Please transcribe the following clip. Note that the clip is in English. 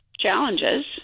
challenges